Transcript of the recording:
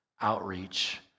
outreach